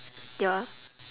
ya